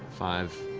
five,